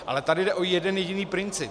Ale tady jde o jeden jediný princip.